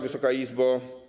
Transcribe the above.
Wysoka Izbo!